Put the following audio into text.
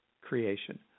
creation